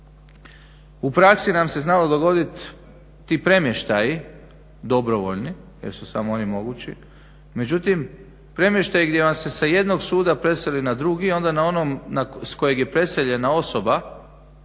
u praksi nam se znalo dogodit ti premještaji dobrovoljni, jer su samo oni mogući, međutim premještaji gdje vam se sa jednog suda preseli na drugi onda na onom s kojeg je preseljena osoba